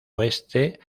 oeste